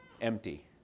empty